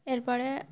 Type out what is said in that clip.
এরপরে